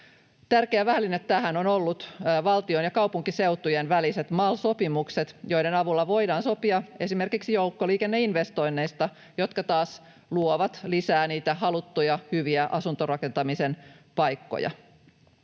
Tärkeä väline tähän on ollut valtion ja kaupunkiseutujen väliset MAL-sopimukset, joiden avulla voidaan sopia esimerkiksi joukkoliikenneinvestoinneista, jotka taas luovat lisää niitä haluttuja, hyviä asuntorakentamisen paikkoja.